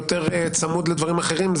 יותר צמוד לדברים אחרים,